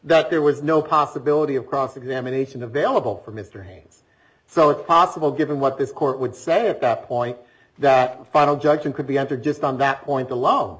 that there was no possibility of cross examination available for mr haynes so it's possible given what this court would say at that point that final judgment could be entered just on that point alone